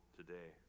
today